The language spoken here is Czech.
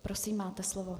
Prosím, máte slovo.